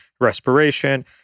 respiration